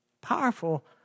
Powerful